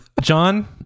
John